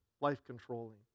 life-controlling